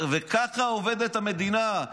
וככה עובדת המדינה.